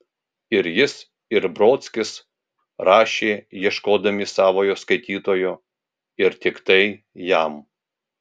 ir jis ir brodskis rašė ieškodami savojo skaitytojo ir tiktai jam